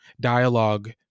dialogue